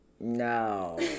no